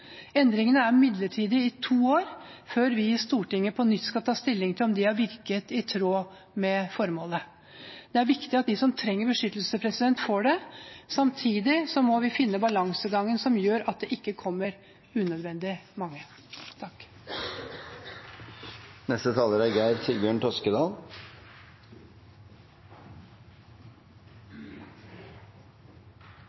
Endringene er midlertidige i to år, før vi i Stortinget på nytt skal ta stilling til om de har virket i tråd med formålet. Det er viktig at de som trenger beskyttelse, får det. Samtidig må vi finne balansegangen som gjør at det ikke kommer unødvendig mange.